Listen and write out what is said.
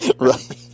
Right